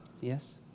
yes